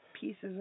pieces